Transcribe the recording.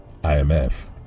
IMF